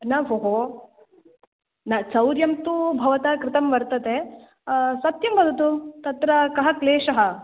न भोः न चौर्यं तु भवता कृतं वर्तते सत्यं वदतु तत्र कः क्लेशः